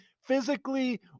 physically